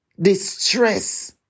Distress